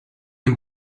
him